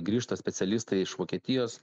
grįžta specialistai iš vokietijos